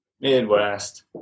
Midwest